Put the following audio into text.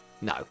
No